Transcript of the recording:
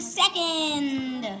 second